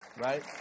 Right